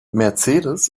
mercedes